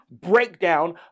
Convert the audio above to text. breakdown